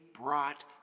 brought